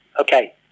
Okay